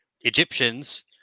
Egyptians